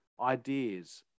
ideas